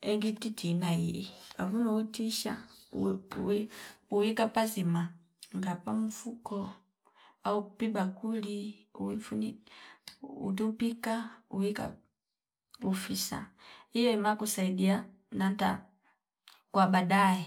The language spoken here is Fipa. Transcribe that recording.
engi titi nayihi avo woutisha uwe uwi uwika pazima ngapa mfuko au pi bakuli uwifuniki utupika uwika ufisa iye makusaidia nanta kwa badae